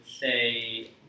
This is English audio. say